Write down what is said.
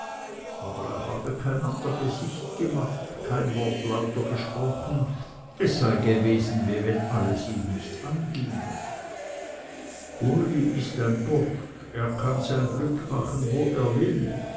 aber er habe kein ander gesicht gemacht kein wort lauter gesprochen es sei gewesen wie wenn alles ihn nichts anginge uli ist ein bursch er kann sein glück machen wo er will